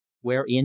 wherein